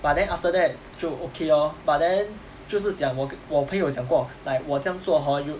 but then after that 就 okay lor but then 就是讲我我朋友讲过 like 我这样做 hor you